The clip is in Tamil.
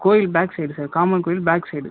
கோவில் பேக் சைடு சார் காமன் கோவில் பேக் சைடு